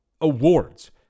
awards